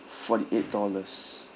forty eight dollars